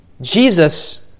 Jesus